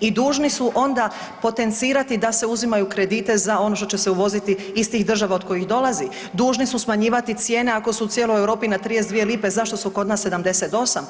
i dužni su onda potencirati da se uzimaju kredite za ono što će se uvoziti iz tih država od kojih dolazi, dužni su smanjivati cijene ako su u cijeloj Europi na 32 lipe zašto su kod nas 78.